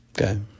Okay